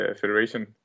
Federation